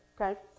okay